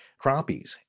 crappies